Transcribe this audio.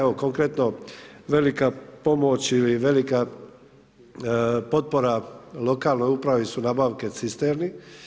Evo konkretno velika pomoć ili velika potpora lokalnoj upravi su nabavke cisterni.